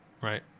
Right